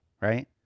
right